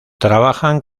trabajan